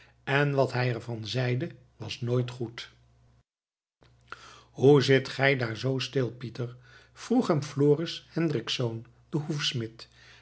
en wat hij er van zeide was nooit goed hoe zit gij daar zoo stil pieter vroeg hem floris